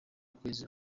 kwezi